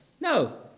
no